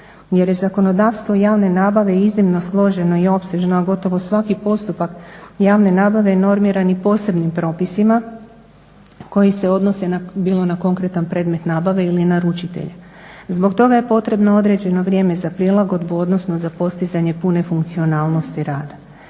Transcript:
Jer je zakonodavstvo javne nabave iznimno složeno i opsežno, a gotovo svaki postupak javne nabave normiran je i posebnim propisima koji se odnose na, bilo na konkretan predmet nabave ili naručitelja. Zbog toga je potrebno određeno vrijeme za prilagodbu, odnosno za postizanje pune funkcionalnosti rada.